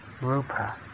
rupa